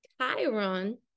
Chiron